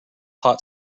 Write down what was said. hot